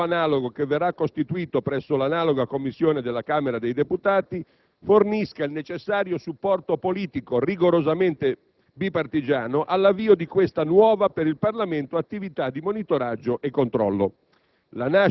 con quello analogo che verrà costituito presso l'analoga Commissione della Camera dei deputati, fornisca il necessario supporto politico, rigorosamente *bipartisan*, all'avvio di questa nuova, per il Parlamento, attività di monitoraggio e controllo.